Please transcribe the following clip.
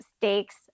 stakes